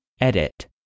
edit